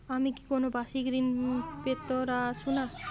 আমি কি কোন বাষিক ঋন পেতরাশুনা?